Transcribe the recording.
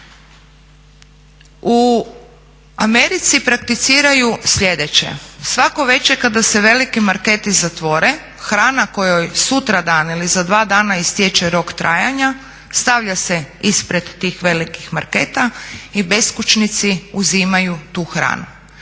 U Americi prakticiraju sljedeće. Svako veče kada se veliki marketi zatvore hrana kojoj sutradan ili za dva dana istječe rok trajanja stavlja se ispred tih velikih marketa i beskućnici uzimaju tu hranu.